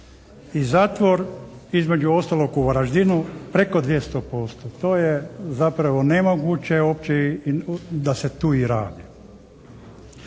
i zatvor između ostalog u Varaždinu preko 200%. To je zapravo nemoguće uopće i da se tu i radi.